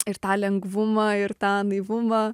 ir tą lengvumą ir tą naivumą